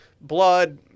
blood –